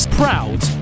proud